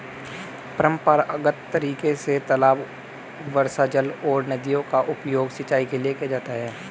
परम्परागत तरीके से तालाब, वर्षाजल और नदियों का उपयोग सिंचाई के लिए किया जाता है